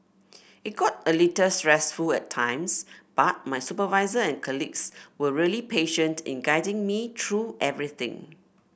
it got a little stressful at times but my supervisor and colleagues were really patient in guiding me through everything